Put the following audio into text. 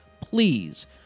please